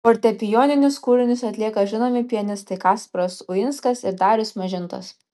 fortepijoninius kūrinius atlieka žinomi pianistai kasparas uinskas ir darius mažintas